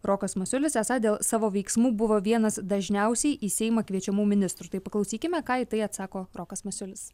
rokas masiulis esą dėl savo veiksmų buvo vienas dažniausiai į seimą kviečiamų ministrų tai paklausykime ką į tai atsako rokas masiulis